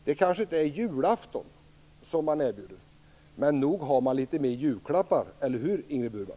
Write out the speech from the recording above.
Det kanske inte är julafton man erbjuder, men nog har man litet mer julklappar, eller hur, Ingrid Burman?